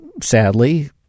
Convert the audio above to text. sadly